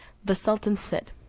the sultan said,